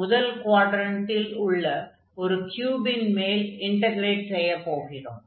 முதல் க்வாட்ரன்டில் உள்ள ஒரு க்யூபின் மேல் இன்டக்ரேட் செய்யப் போகிறோம்